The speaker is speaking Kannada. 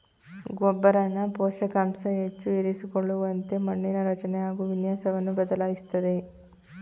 ಗೊಬ್ಬರನ ಪೋಷಕಾಂಶ ಹೆಚ್ಚು ಇರಿಸಿಕೊಳ್ಳುವಂತೆ ಮಣ್ಣಿನ ರಚನೆ ಹಾಗು ವಿನ್ಯಾಸವನ್ನು ಬದಲಾಯಿಸ್ತದೆ